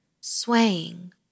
swaying